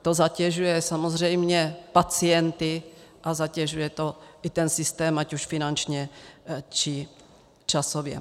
To zatěžuje samozřejmě pacienty a zatěžuje to i ten systém, ať už finančně, nebo časově.